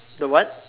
the what